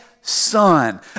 son